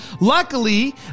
Luckily